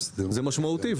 זה משמעותי.